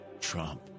Trump